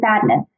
sadness